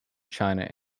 china